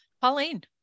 Pauline